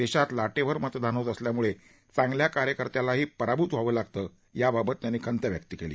देशात लाटेवर मतदान होत असल्यामुळे चांगल्या कार्यकर्त्यालाही पराभूत व्हावं लागतं याबाबत त्यांनी खंत व्यक्त केली